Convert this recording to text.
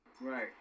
Right